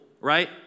right